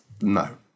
No